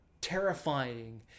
terrifying